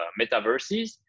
metaverses